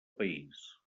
país